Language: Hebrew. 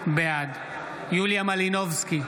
בעד יוליה מלינובסקי,